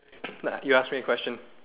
you ask me a question